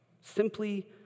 Simply